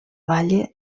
valle